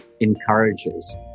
encourages